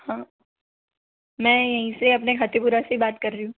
हाँ मैं यहीं से अपने हाथीपुरा से बात कर रही हूँ